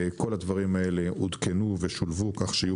כל הדברים האלה עודכנו ושולבו כך שיהיו